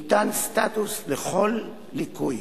ניתן סטטוס לכל ליקוי,